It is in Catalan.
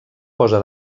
posa